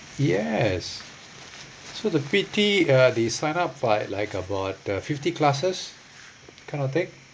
yes so the P_T uh they sign up for like like about uh fifty classes kind of thing